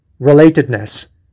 relatedness